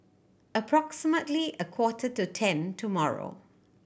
approximately a quarter to ten tomorrow